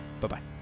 Bye-bye